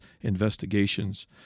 investigations